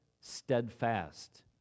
steadfast